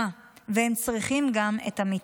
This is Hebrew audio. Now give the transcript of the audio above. אה, והם גם צריכים את המיטה.